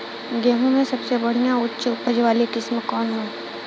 गेहूं में सबसे बढ़िया उच्च उपज वाली किस्म कौन ह?